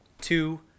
Two